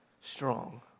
strong